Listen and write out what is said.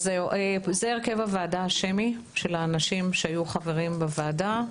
זה הרכב הוועדה השמי של האנשים שהיו חברים בוועדה.